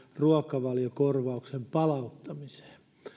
ruokavaliokorvauksen palauttaminen